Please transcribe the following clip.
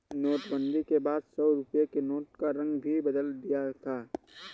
नोटबंदी के बाद सौ रुपए के नोट का रंग भी बदल दिया था